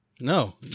No